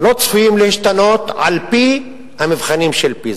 של התחמקות מעמידה בזכויותיו של העובד ובחובותיו של